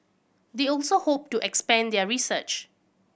they also hope to expand their research